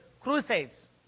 crusades